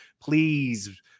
Please